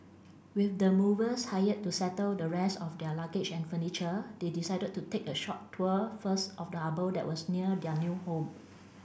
with the movers hired to settle the rest of their luggage and furniture they decided to take a short tour first of the harbour that was near their new home